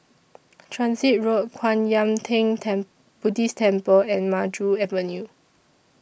Transit Road Kwan Yam Theng ten Buddhist Temple and Maju Avenue